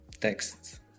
texts